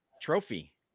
trophy